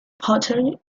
pottery